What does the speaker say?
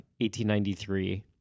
1893